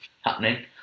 happening